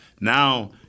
Now